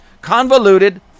convoluted